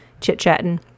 chit-chatting